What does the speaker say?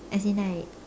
as in like